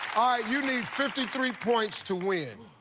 you need fifty three points to win.